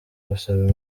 gusaba